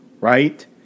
right